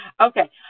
Okay